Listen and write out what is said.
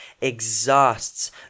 exhausts